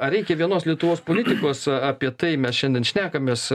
ar reikia vienos lietuvos politikos apie tai mes šiandien šnekamės